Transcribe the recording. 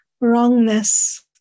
wrongness